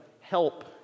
help